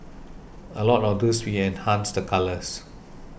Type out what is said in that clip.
a lot of tooth we enhanced the colours